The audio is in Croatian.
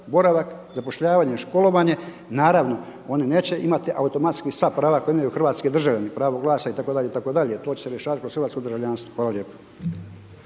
boravak, zapošljavanje, školovanje. Naravno on neće imati automatski sva prava koja imaju hrvatski državljani, pravo glasa itd. itd. To će se rješavati kroz hrvatsko državljanstvo. Hvala lijepa.